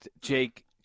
Jake